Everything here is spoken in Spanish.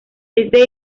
éste